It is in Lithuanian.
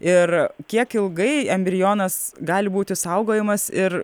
ir kiek ilgai embrionas gali būti saugojamas ir